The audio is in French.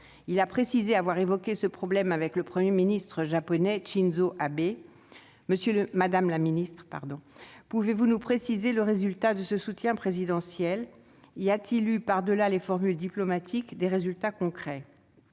Il a précisé avoir évoqué ce problème avec le Premier ministre japonais, Shinzo Abe. Madame la ministre, pouvez-vous nous préciser le résultat de ce soutien présidentiel ? Par-delà les formules diplomatiques, y a-t-il eu des résultats concrets ?